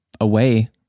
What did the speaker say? away